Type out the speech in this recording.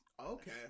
Okay